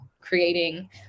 creating